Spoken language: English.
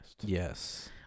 Yes